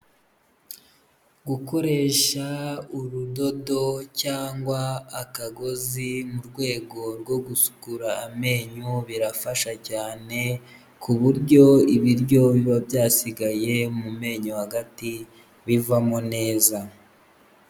Gukoresha urudodo cyangwa akagozi mu rwego rwo gusukura amenyo birafasha cyane, ku buryo ibiryo biba byasigaye mu menyo hagati bivamo neza.